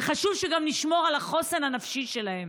וחשוב שגם נשמור על החוסן הנפשי שלהם.